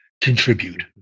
contribute